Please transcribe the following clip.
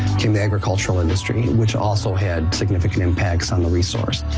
came the agricultural industry, which also had significant impacts on the resource.